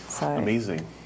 Amazing